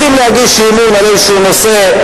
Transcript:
רוצים להגיש אי-אמון על איזשהו נושא,